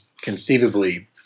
Conceivably